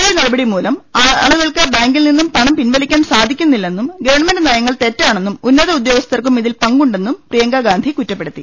I നടപടിമൂലം ആളുകൾക്ക് ബാങ്കിൽ നിന്നും പണം പിൻവലിക്കാൻ സാധിക്കു ന്നി ല്ലെന്നും ഗവൺമെന്റ് നയങ്ങൾ തെറ്റാണെന്നും ഉന്നത ഉദ്യോഗ സ്ഥർക്കും ഇതിൽ പങ്കുണ്ടെന്നും പ്രിയങ്കാഗാന്ധി കുറ്റ പ്പെടുത്തി